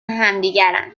همدیگرند